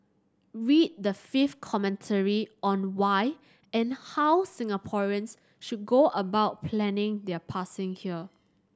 read the fifth commentary on why and how Singaporeans should go about planning their passing here